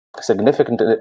significant